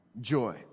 Joy